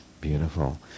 Beautiful